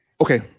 Okay